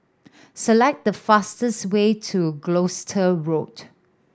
select the fastest way to Gloucester Road